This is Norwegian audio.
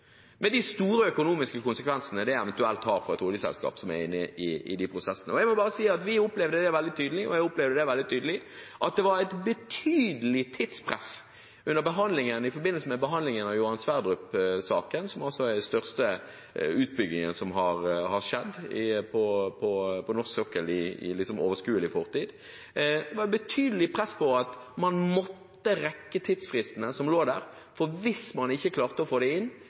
med de store økonomiske konsekvensene det eventuelt har for et oljeselskap som er inne i de prosessene. Vi opplevde veldig tydelig – og jeg opplevde det veldig tydelig – at det var et betydelig tidspress i forbindelse med behandlingen av Johan Sverdrup-saken, den største utbyggingen som har skjedd på norsk sokkel i overskuelig fortid. Det var et betydelig press på å rekke tidsfristene som lå der, for hvis man ikke klarte å